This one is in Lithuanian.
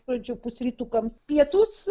pradžių pusrytukams pietūs